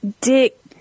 Dick